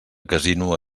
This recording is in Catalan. casino